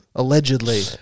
Allegedly